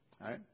right